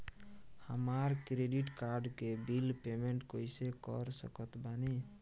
हमार credit card के bill payment कइसे कर सकत बानी?